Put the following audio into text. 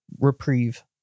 reprieve